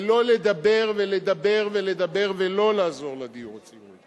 ולא לדבר ולדבר ולדבר ולא לעזור לדיור הציבורי.